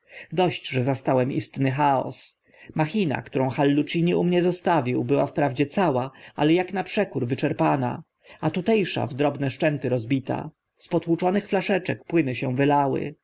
dość że zastałem istny chaos machina którą hallucini u mnie zostawił była wprawdzie cała ale ak na przekorę wyczerpana a tute sza w drobne szczęty rozbita z potłuczonych flaszeczek płyny się wylały